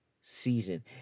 season